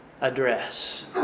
address